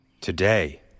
Today